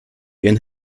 ihren